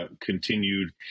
continued